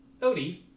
Odie